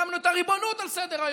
שמנו את הריבונות על סדר-היום.